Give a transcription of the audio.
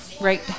right